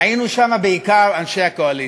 היינו שם בעיקר אנשי האופוזיציה.